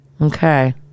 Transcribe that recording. okay